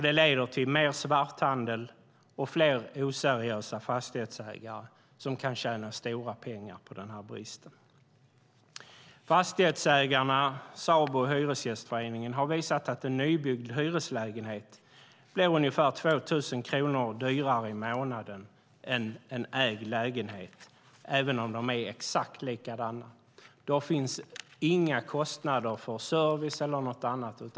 Det leder till mer svarthandel och fler oseriösa fastighetsägare som kan tjäna stora pengar på den här bristen. Fastighetsägarna, Sabo och Hyresgästföreningen har visat att en nybyggd hyreslägenhet blir ungefär 2 000 kronor dyrare i månaden än en ägd lägenhet, även om de är exakt likadana. Då finns inga kostnader för service eller något annat medräknat.